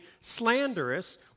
slanderous